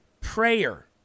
Prayer